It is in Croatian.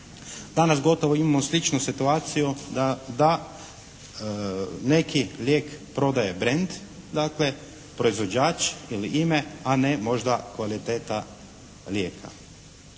Danas gotovo imamo sličnu situaciju da neki lijek prodaje brand, dakle proizvođač ili ime, a ne možda kvaliteta lijeka.